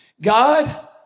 God